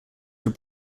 were